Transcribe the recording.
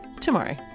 tomorrow